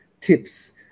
tips